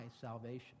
salvation